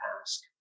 ask